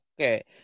Okay